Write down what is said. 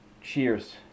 cheers